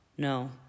No